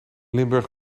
limburg